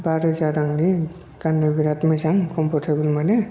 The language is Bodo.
बा रोजा रांनि गान्नो बिराथ मोजां कमपर्टतेबोल मोनो